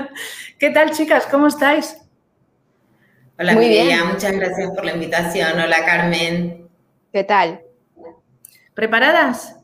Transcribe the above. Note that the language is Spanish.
¿Qué tal, chicas? ¿Cómo estáis? Hola, Muy Mireia, bien. muchas gracias por la invitación. Hola, Carmen. ¿Qué tal? ¿Preparadas?